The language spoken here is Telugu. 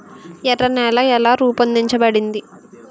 ఎర్ర నేల ఎలా రూపొందించబడింది?